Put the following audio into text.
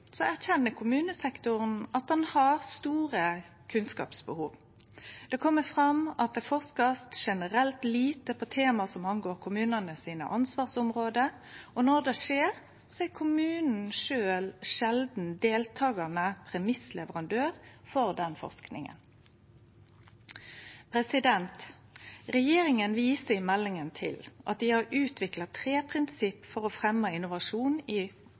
erkjenner kommunesektoren at han har store kunnskapsbehov. Det kjem fram at det blir forska generelt lite på tema som angår ansvarsområda til kommunane, og når det skjer, er kommunen sjølv sjeldan deltakande premissleverandør for den forskinga. Regjeringa viser i meldinga til at dei har utvikla tre prinsipp for å fremje innovasjon i